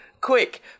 Quick